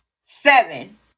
seven